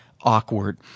awkward